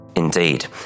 Indeed